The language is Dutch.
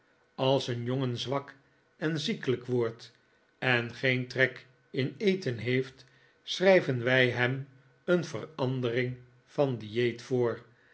als een jongen zwak en ziekelijk wordt en geen trek in eten heeft schrijven wij hem een verandering van dieet